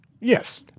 Yes